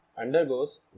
undergoes